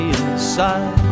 inside